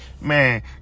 Man